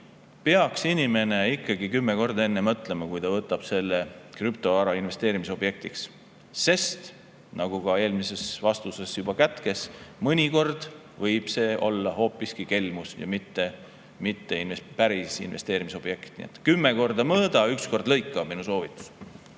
peaks ikkagi kümme korda enne mõtlema, kui ta võtab krüptovara investeerimisobjektiks. Eelmine vastus juba kätkes seda, et mõnikord võib see olla hoopiski kelmus ja mitte päris investeerimisobjekt. Kümme korda mõõda, üks kord lõika, on minu soovitus.